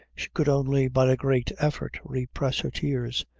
she could only, by a great effort, repress her tears.